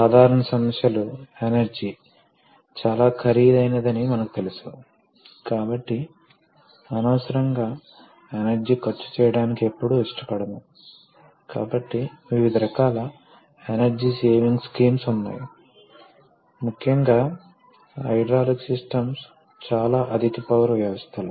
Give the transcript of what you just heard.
వాస్తవానికి పాఠం యొక్క ముఖ్య ఉద్దేశ్యం ఏమిటంటే ప్రాథమిక హైడ్రాలిక్ సిస్టమ్ భాగాలు మరియు సిస్టమ్